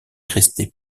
resté